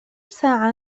ساعة